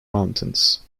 mountains